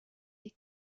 ier